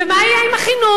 ומה יהיה עם החינוך?